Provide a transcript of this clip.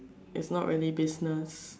is not really business